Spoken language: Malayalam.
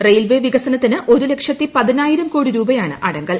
റെയിൽവേ വികസനത്തിന് ഒരു ലക്ഷത്തി പതിനായിരം കോടി രൂപയാണ് അടങ്കൽ